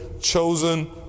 chosen